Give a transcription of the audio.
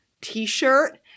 t-shirt